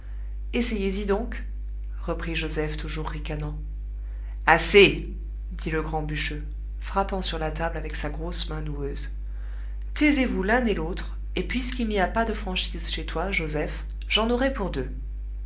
essayez y donc reprit joseph toujours ricanant assez dit le grand bûcheux frappant sur la table avec sa grosse main noueuse taisez-vous l'un et l'autre et puisqu'il n'y a pas de franchise chez toi joseph j'en aurai pour deux